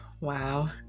Wow